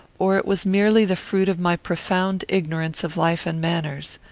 or it was merely the fruit of my profound ignorance of life and manners.